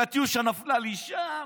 קטיושה נפלה לי שם,